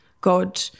God